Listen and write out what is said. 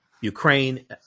Ukraine